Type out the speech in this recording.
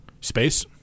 Space